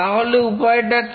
তাহলে উপায়টা কি